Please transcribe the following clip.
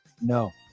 no